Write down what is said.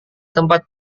tempat